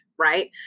right